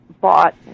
bought